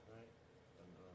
Right